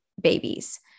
babies